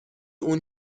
اون